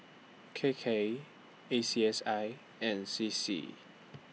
K K A C S I and C C